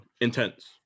intense